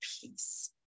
peace